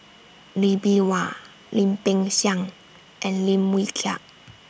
Lee Bee Wah Lim Peng Siang and Lim Wee Kiak